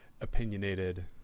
opinionated